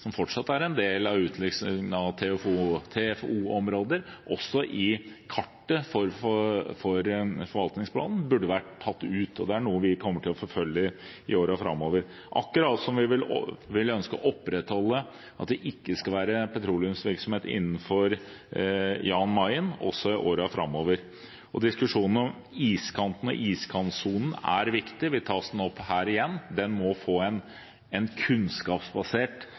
som fortsatt er en del av utlysningen av TFO-områder, i kartet for forvaltningsplanen også burde vært tatt ut, og det er noe vi kommer til å forfølge i årene framover – akkurat som vi ønsker å opprettholde at det ikke skal være petroleumsvirksomhet innenfor Jan Mayen i årene framover. Diskusjonen om iskanten og iskantsonen er også viktig, og vi tar den opp her igjen. Den må få en kunnskapsbasert